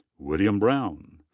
william brown.